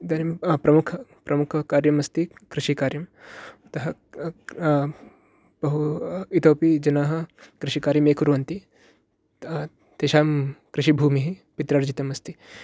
इदानीं प्रमुख् प्रमुखकार्यम् अस्ति कृषिकार्यम् अतः बहु इतोपि जनाः कृषिकार्यं ये कुर्वन्ति तेषां कृषिभूमिः पित्रर्जितम् अस्ति